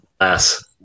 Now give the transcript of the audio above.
ass